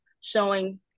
showing